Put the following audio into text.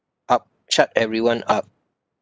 up shut everyone up